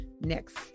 next